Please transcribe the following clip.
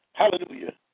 hallelujah